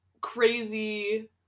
crazy